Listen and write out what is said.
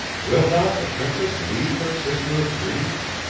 will not the princess leave her sisters of dreams?